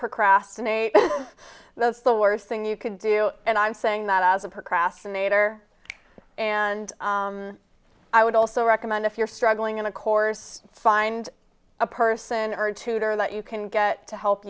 procrastinate that's the worst thing you can do and i'm saying that as a procrastinator and i would also recommend if you're struggling on a course find a person or tutor that you can get to help